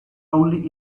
only